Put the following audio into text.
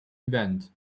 event